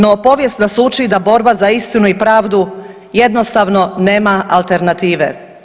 No, povijest nas uči da borba za istinu i pravdu jednostavno nema alternative.